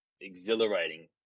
exhilarating